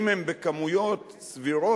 אם הם במספרים סבירים,